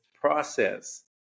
process